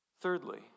Thirdly